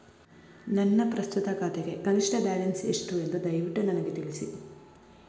ನನ್ನ ಪ್ರಸ್ತುತ ಖಾತೆಗೆ ಕನಿಷ್ಟ ಬ್ಯಾಲೆನ್ಸ್ ಎಷ್ಟು ಎಂದು ದಯವಿಟ್ಟು ನನಗೆ ತಿಳಿಸಿ